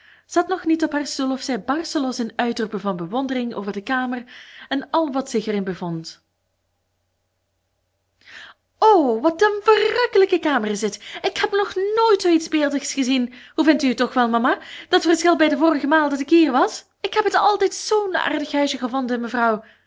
zat nog niet op haar stoel of zij barstte los in uitroepen van bewondering over de kamer en al wat zich erin bevond o wat een verrukkelijke kamer is dit ik heb nooit zoo iets beeldigs gezien hoe vindt u toch wel mama dat verschil bij de vorige maal dat ik hier was ik heb het altijd zoo'n aardig huisje gevonden mevrouw